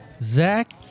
Zach